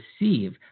receive